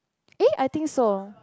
eh I think so